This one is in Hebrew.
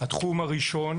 התחום הראשון